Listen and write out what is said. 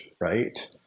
right